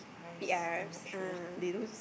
P_Rs ah